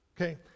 Okay